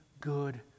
good